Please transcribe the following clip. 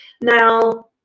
now